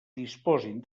disposin